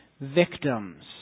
victims